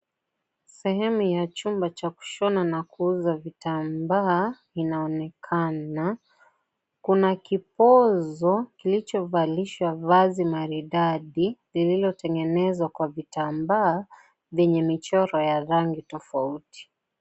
Sehemu ya chumba cha kushona na kuuza vitambaa inaonekana. Kuna kipozo kilichovalishwa vazi maridadi lilotenyenezwa kwa vitamba lenye michoro ya rangi tofauti.